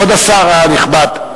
כבוד השר הנכבד,